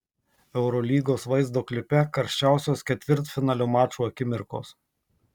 eurolygos vaizdo klipe karščiausios ketvirtfinalio mačų akimirkos